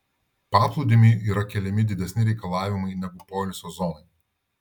paplūdimiui yra keliami didesni reikalavimai negu poilsio zonai